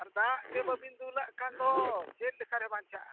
ᱟᱨ ᱫᱟᱜ ᱜᱮ ᱵᱟᱹᱵᱤᱱ ᱫᱩᱞᱟᱜ ᱠᱟᱱ ᱫᱚ ᱪᱮᱫ ᱞᱮᱠᱟ ᱨᱮ ᱵᱟᱧᱪᱟᱣᱜᱼᱟ